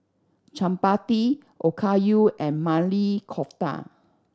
Chapati Okayu and Maili Kofta